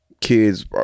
kids